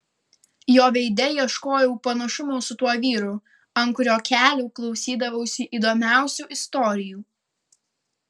jo veide ieškojau panašumo su tuo vyru ant kurio kelių klausydavausi įdomiausių istorijų